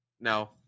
No